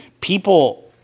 people